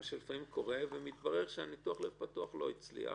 מה שלפעמים קורה, ומתברר שהניתוח לב פתוח לא הצליח